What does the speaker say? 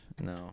No